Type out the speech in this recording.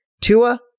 Tua